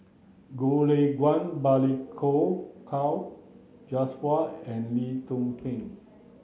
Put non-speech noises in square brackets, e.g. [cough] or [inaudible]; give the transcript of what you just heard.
Goh Lay Kuan Balli [unintelligible] Kaur Jaswal and Lee Tzu Pheng